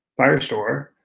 Firestore